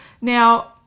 Now